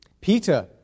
Peter